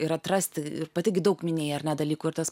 ir atrasti ir pati gi daug minėjai ar ne dalykų ir tas